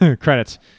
credits